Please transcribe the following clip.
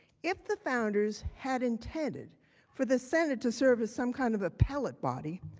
if the founders had intended for the senate to serve as some kind of appellate body,